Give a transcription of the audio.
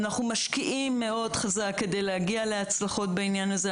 אנחנו משקיעים חזק מאוד כדי להגיע להצלחות בעניין הזה,